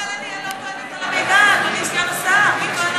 אבל אני, לא אכפת לי מהמידע, אדוני סגן השר.